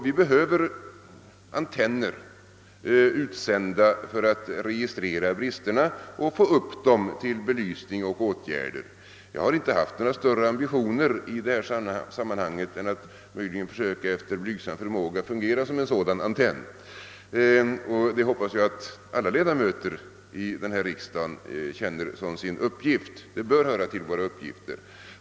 Vi behöver antenner för att registrera bristerna och få upp dem till belysning, så att åtgärder kan vidtagas. Jag har inte haft några större ambitioner i detta sammanhang än att möjligen försöka efter blygsam förmåga fungera som en Sådan antenn, och det hoppas jag att alla ledamöter av denna riksdag känner som sin uppgift — det bör höra till våra uppgifter.